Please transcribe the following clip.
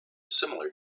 similar